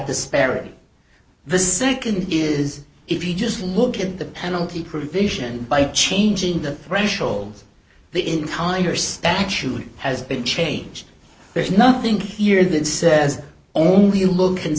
disparity the nd is if you just look at the penalty provision by changing that threshold the entire statute has been changed there's nothing here that says only look and